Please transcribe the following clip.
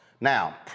Now